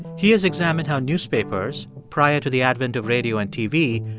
he has examined how newspapers, prior to the advent of radio and tv,